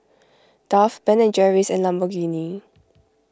Dove Ben and Jerry's and Lamborghini